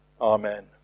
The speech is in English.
amen